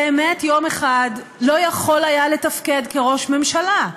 באמת יום אחד לא יכול היה לתפקד כראש הממשלה.